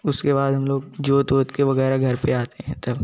उसके बाद हम लोग जोत वोत के वगैरह घर पर आते हैं तब